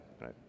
right